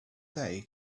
day